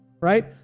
right